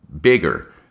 bigger